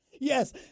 Yes